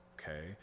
okay